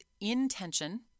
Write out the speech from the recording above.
intention